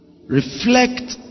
Reflect